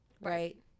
right